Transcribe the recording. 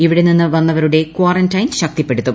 ഇവിടെ നിന്നും വന്നവരുടെ കാറന്റൈൻ ശക്തിപ്പെടുത്തും